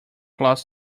claus